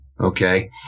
Okay